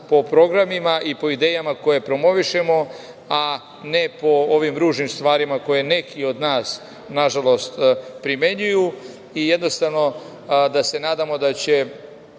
po programima i po idejama koje promovišemo, a ne po ovim ružnim stvarima koje neki od nas, na žalost primenjuju. Jednostavno da se nadamo da će